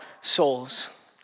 souls